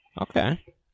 Okay